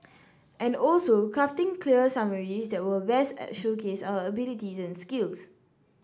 and also crafting clear summaries that will best showcase our abilities and skills